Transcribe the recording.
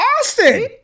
Austin